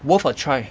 worth a try